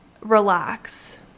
relax